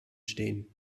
stehen